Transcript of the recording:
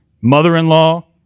mother-in-law